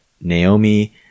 Naomi